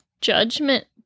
judgment